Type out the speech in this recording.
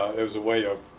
there's a way of.